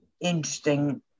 interesting